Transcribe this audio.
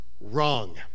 wrong